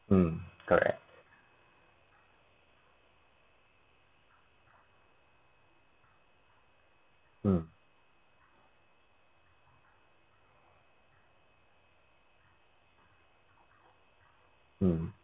um correct mm mm